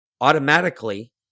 Automatically